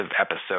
episode